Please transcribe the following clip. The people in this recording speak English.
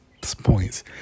points